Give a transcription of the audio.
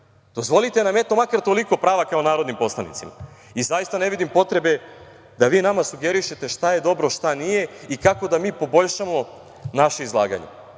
Dozvolite nam makar toliko prava kao narodnim poslanicima. Zaista ne vidim potrebe da vi nama sugerišete šta je dobro, a šta nije, kako da mi poboljšamo naše izlaganje.